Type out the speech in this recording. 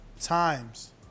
times